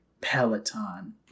Peloton